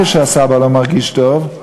כשהסבא לא מרגיש טוב,